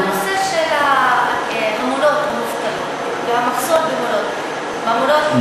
בנושא של המורות המובטלות והמחסור במורות,